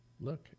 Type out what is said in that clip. Look